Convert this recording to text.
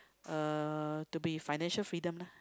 uh to be financial freedom lah